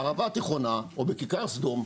בערבה התיכונה או בכיכר סדום,